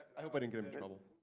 i hope i don't get in trouble.